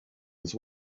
his